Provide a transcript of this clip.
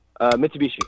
Mitsubishi